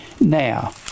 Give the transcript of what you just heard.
Now